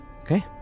Okay